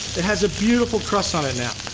it has a beautiful crust on it now.